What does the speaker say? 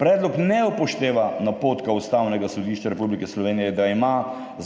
Predlog ne upošteva napotka Ustavnega sodišča Republike Slovenije, da ima